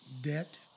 debt